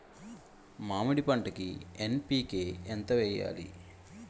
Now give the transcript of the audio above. మామిడి పంటకి ఎన్.పీ.కే ఎంత వెయ్యాలి?